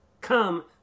come